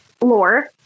lore